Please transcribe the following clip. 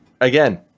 Again